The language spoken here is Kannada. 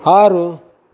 ಆರು